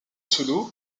sulu